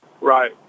Right